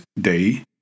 Day